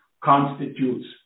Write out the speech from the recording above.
constitutes